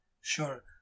Sure